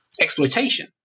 exploitation